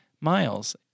Miles